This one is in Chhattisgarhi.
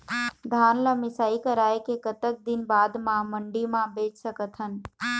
धान ला मिसाई कराए के कतक दिन बाद मा मंडी मा बेच सकथन?